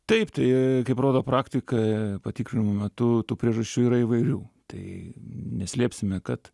taip tai kaip rodo praktika patikrinimų metu tų priežasčių yra įvairių tai neslėpsime kad